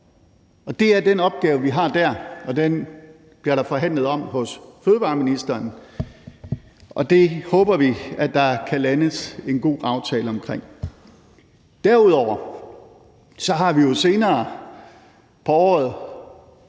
Det er den opgave, vi har der, og den bliver der forhandlet om hos fødevareministeren, og det håber vi at der kan landes en god aftale omkring. Derudover har vi jo senere på året